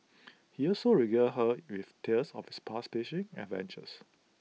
he also regaled her with tales of his past fishing adventures